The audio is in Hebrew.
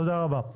תודה רבה.